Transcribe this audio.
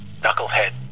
knucklehead